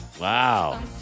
Wow